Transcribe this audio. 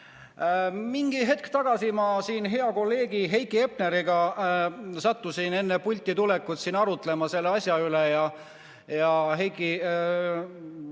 Mõni hetk tagasi ma siin hea kolleegi Heiki Hepneriga sattusin enne pulti tulekut arutlema selle asja üle ja Heiki